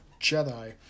Jedi